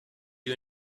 you